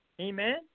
Amen